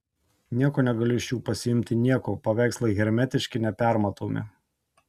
nieko negaliu iš jų pasiimti nieko paveikslai hermetiški nepermatomi